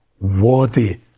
worthy